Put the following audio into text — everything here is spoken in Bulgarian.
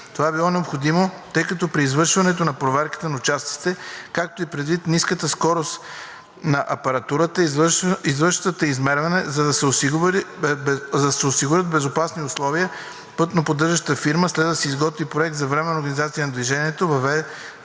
Това е било необходимо, тъй като при извършването на проверката на участъците, както и предвид ниската скорост на апаратурата, извършваща измерване, за да се осигурят безопасни условия. Пътноподдържащата фирма следва да изготви проект за временна организация на движението,